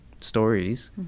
stories